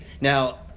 now